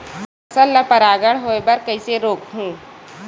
फसल ल परागण होय बर कइसे रोकहु?